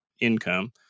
income